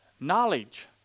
Knowledge